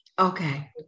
Okay